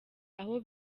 aho